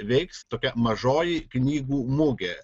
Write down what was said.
veiks tokia mažoji knygų mugė